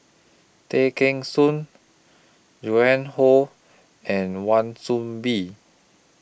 Tay Kheng Soon Joan Hon and Wan Soon Bee